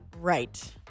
Right